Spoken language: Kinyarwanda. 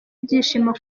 ibyishimo